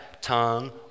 tongue